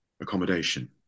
accommodation